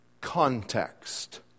Context